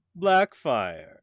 Blackfire